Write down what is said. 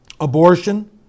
abortion